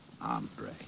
Andre